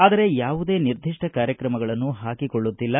ಆದರೆ ಯಾವುದೇ ನಿರ್ದಿಷ್ಟ ಕಾರ್ಯಕ್ರಮವನ್ನು ಹಾಕಿಕೊಳ್ಳುತ್ತಿಲ್ಲ